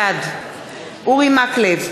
בעד אורי מקלב,